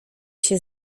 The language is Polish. się